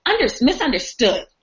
misunderstood